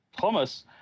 Thomas